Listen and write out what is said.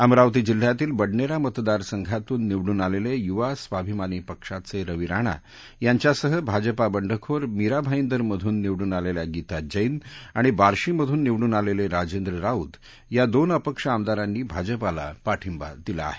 अमरावती जिल्ह्यातील बडनेरा मतदारसंघातून निवडून आलेले युवा स्वाभिमानी पक्षाचे रवी राणा यांच्यासह भाजपा बंडखोर मीरा भाईदर मधून निवडून आलेल्या गीता जैन आणि बार्शीमधून निवडून आलेले राजेंद्र राऊत या दोन अपक्ष आमदारांनी भाजपाला पाठिंबा दिला आहे